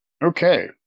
Okay